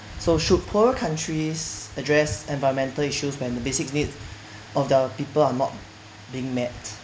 so should poorer countries address environmental issues when the basic needs of the people are not being met